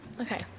Okay